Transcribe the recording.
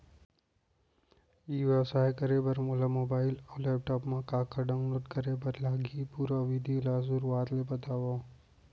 ई व्यवसाय करे बर मोला मोबाइल अऊ लैपटॉप मा का का डाऊनलोड करे बर लागही, पुरा विधि ला शुरुआत ले बतावव?